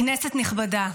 כנסת נכבדה,